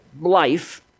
life